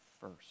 first